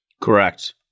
Correct